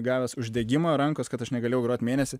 gavęs uždegimą rankos kad aš negalėjau grot mėnesį